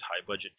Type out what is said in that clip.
high-budget